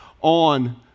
on